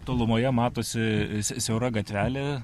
tolumoje matosi siaura gatvelė